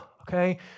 okay